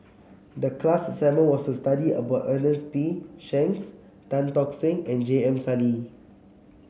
the class assignment was to study about Ernest P Shanks Tan Tock Seng and J M Sali